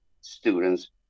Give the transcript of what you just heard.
students